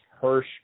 Hirsch